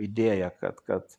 idėja kad kad